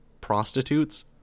prostitutes